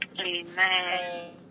Amen